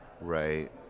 Right